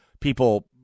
People